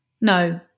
No